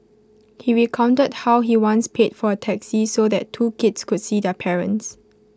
he recounted how he once paid for A taxi so that two kids could see their parents